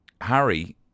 Harry